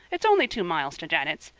it's only two miles to janet's.